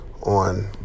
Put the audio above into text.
on